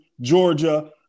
Georgia